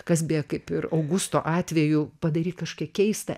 kas beje kaip ir augusto atveju padaryt kažkokią keistą